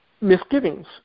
misgivings